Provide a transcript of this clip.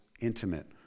intimate